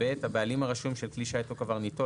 הבעלים הרשום של כלי שיט או קברניטו